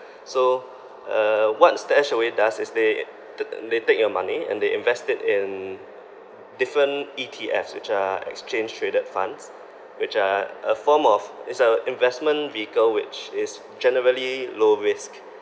so uh what stashaway does is they th~ they take your money and they invest it in different E_T_Fs which are exchange traded funds which are a form of it's a investment vehicle which is generally low risk